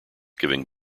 giving